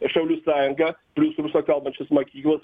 šaulių sąjunga plius rusakalbančios mokyklos